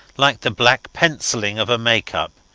like the black pencilling of a make-up,